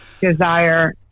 desire